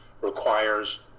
requires